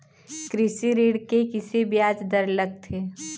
कृषि ऋण के किसे ब्याज दर लगथे?